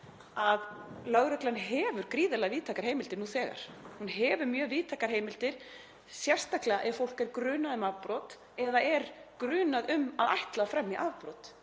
að lögreglan hefur gríðarlega víðtækar heimildir nú þegar. Hún hefur mjög víðtækar heimildir, sérstaklega ef fólk er grunað um afbrot eða er grunað um að ætla að fremja afbrot.